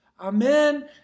Amen